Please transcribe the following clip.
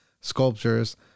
sculptures